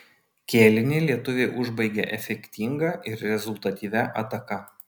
kėlinį lietuviai užbaigė efektinga ir rezultatyvia ataka